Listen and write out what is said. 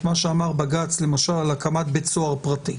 מה שאמר בג"ץ למשל על הקמת בית סוהר פרטי.